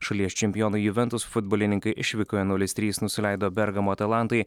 šalies čempionai juventus futbolininkai išvykoje nulis trys nusileido bergamo atalantai